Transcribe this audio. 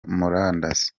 murandasi